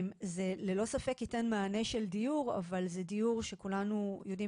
זה ללא ספק ייתן מענה של דיור אבל זה דיור שכולנו יודעים